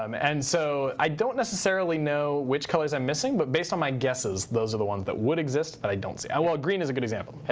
um and so i don't necessarily know which colors i'm missing. but based on my guesses, those are the ones that would exist that i don't see. well, green is a good example.